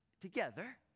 together